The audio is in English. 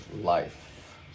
life